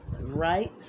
right